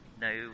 No